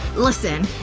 listen.